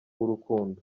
w’urukundo